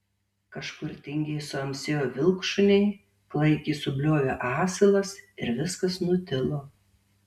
kažkur tingiai suamsėjo vilkšuniai klaikiai subliovė asilas ir viskas nutilo